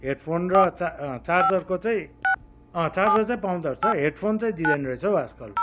headphone र चार चार्जरको चाहिँ अँ चार्जर चाहिँ पाउँदो रहेछ हेडफोन चाहिँ दिँदैन रहेछ आजकल